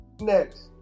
next